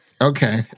okay